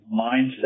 mindset